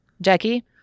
Jackie